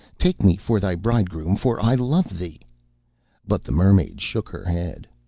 take me for thy bridegroom, for i love thee but the mermaid shook her head.